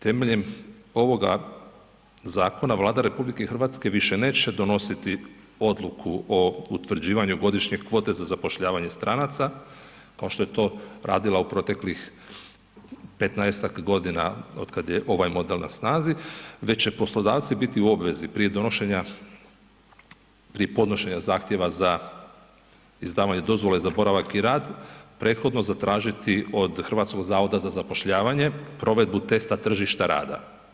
Temeljem ovoga zakona Vlada RH više neće donositi odluku o utvrđivanju godišnje kvote za zapošljavanje stranaca, kao što je to radila u proteklih 15-tak godina od kad je ovaj model na snazi, već će poslodavci biti u obvezi prije donošenja, prije podnošenja zahtjeva za izdavanje dozvole za boravak i rad prethodno zatražiti od HZZ provedbu testa tržišta rada.